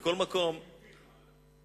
מכל מקום, כשהם מפיך זה אחרת.